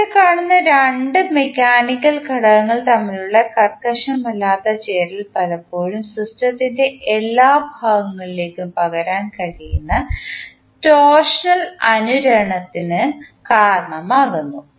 ഇവിടെ കാണുന്ന രണ്ട് മെക്കാനിക്കൽ ഘടകങ്ങൾ തമ്മിലുള്ള കർക്കശമല്ലാത്ത ചേരൽ പലപ്പോഴും സിസ്റ്റത്തിൻറെ എല്ലാ ഭാഗങ്ങളിലേക്കും പകരാൻ കഴിയുന്ന ടോർഷണൽ അനുരണനത്തിന് കാരണമാകുന്നു